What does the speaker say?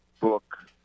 book